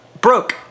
broke